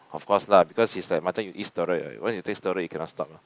of course lah because it's like macam you eat steroid once you take steroid you cannot stop lor